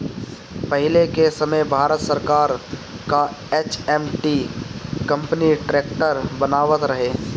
पहिले के समय भारत सरकार कअ एच.एम.टी कंपनी ट्रैक्टर बनावत रहे